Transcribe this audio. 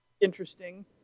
interesting